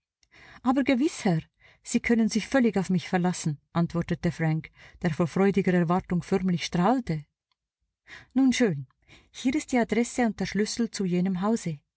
aber gewiß herr sie können sich völlig auf mich verlassen antwortete frank der vor freudiger erwartung förmlich strahlte nun schön hier ist die adresse und der schlüssel zu jenem hause